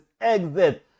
exit